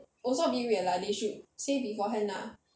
also a bit weird lah they should say beforehand lah